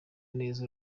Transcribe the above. neza